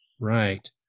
right